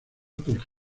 por